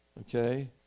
Okay